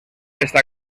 está